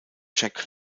jack